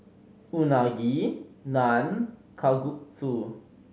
Unagi Naan Kalguksu